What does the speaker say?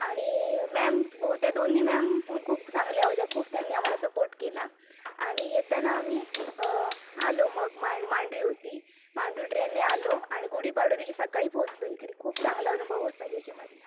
आणि मॅम होत्या दोन्ही मॅम खूप चांगल्या होत्या खूप त्यांनी आम्हाला सपोर्ट केला आणि येताना आम्ही आलो मग मा मांडवी होती मांडवी ट्रेनने आलो आणि गुढीपाडव्या दिवशी सकाळी पोहोचलो इकडे खूप चांगला अनुभव होता जे जेमधला